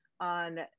on